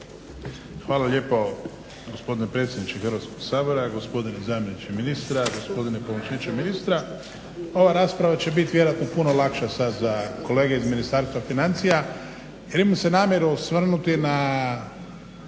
Hvala lijepo gospodine predsjedniče Hrvatskog sabora. Gospodine zamjeniče ministra, gospodine pomoćniče ministra. Ova rasprava će biti vjerojatno puno lakša sada za kolege iz Ministarstva financija jer imam se namjeru osvrnuti na